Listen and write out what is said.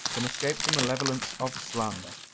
can escape the malevolence of slander.